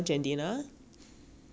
and then since you just